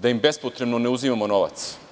da im bespotrebno ne uzimamo novac.